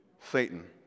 Satan